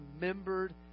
remembered